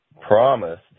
promised